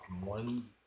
one